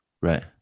Right